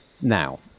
Now